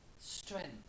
strength